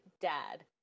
dad